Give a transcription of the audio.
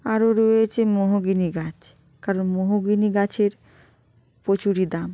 আরও রয়েছে মেহগনি গাছ কারণ মেহগনি গাছের প্রচুরই দাম